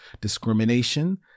discrimination